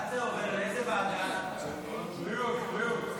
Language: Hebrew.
אם כן, חבריי חברי הכנסת,